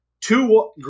Two